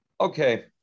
Okay